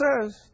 says